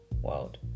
world